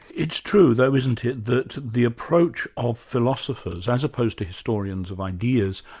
it's true though isn't it, that the approach of philosophers as opposed to historians of ideas,